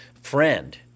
friend